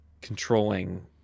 controlling